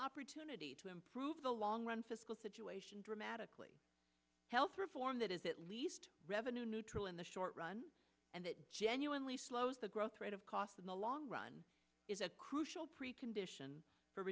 opportunity to improve the long run fiscal situation dramatically health reform that is at least revenue neutral in the short run and it genuinely slows the growth rate of costs in the long run is a crucial precondition for